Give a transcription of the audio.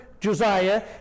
Josiah